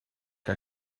que